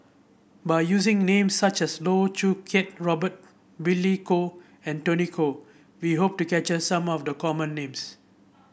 by using names such as Loh Choo Kiat Robert Billy Koh and Tony Khoo we hope to capture some of the common names